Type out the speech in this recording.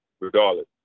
regardless